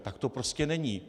Tak to prostě není.